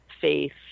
faith